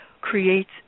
creates